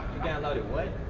downloaded what?